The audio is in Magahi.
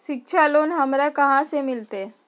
शिक्षा लोन हमरा कहाँ से मिलतै?